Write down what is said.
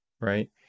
right